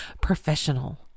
professional